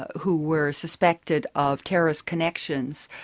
ah who were suspected of terrorist connections,